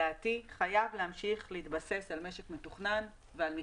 לדעתי חייב להמשיך להתבסס על משק מתוכנן ועל מכסות.